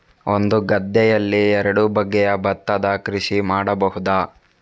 ಒಂದು ಗದ್ದೆಯಲ್ಲಿ ಎರಡು ಬಗೆಯ ಭತ್ತದ ಕೃಷಿ ಮಾಡಬಹುದಾ?